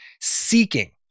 seeking